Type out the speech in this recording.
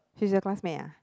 she's your classmate lah